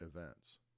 events